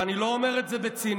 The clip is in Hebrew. ואני לא אומר את זה בציניות,